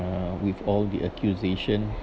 with all the accusation